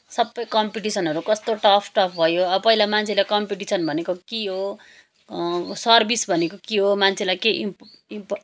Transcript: सबै कम्पिटिसनहरू कस्तो टफ टफ भयो अब पहिला मान्छेहरूले कम्पिटिसन भनेको के हो सर्भिस भनेको के हो मान्छेलाई के